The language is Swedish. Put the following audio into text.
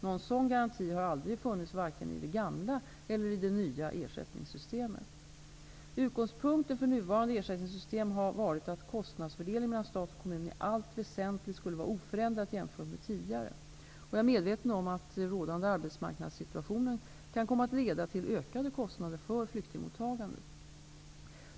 Någon sådan garanti har aldrig funnits, vare sig i det gamla eller i det nya ersättningssystemet. Utgångspunkten för nuvarande ersättningssystem har varit att kostnadsfördelningen mellan stat och kommun i allt väsentligt skulle vara oförändrad jämfört med tidigare. Jag är medveten om att rådande arbetsmarknadssituation kan komma att leda till ökade kostnader för flyktingmottagandet.